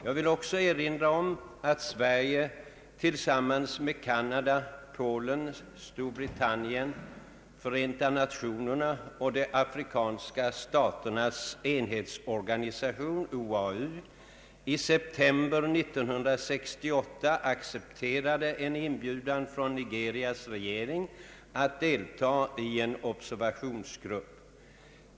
Jag vill också erinra om att Sverige tillsammans med Canada, Polen, Storbritannien, Förenta nationerna och de afrikanska staternas enhetsorganisation OAU i september 1968 accepterade en inbjudan från Nigerias regering att delta i en observatörsgrupp.